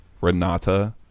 Renata